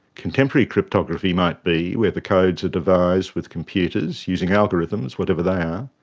contemporary cryptography might be, where the codes are devised with computers, using algorithms, whatever they are.